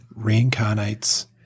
Reincarnates